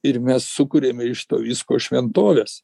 ir mes sukuriame iš to visko šventoves